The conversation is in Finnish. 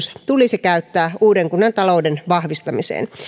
tulisi käyttää uuden kunnan talouden vahvistamiseen